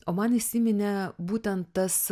o man įsiminė būtent tas